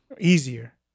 Easier